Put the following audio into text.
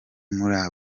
muri